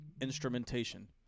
instrumentation